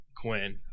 Quinn